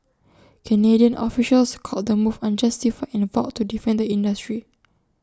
Canadian officials called the move unjustified and vowed to defend the industry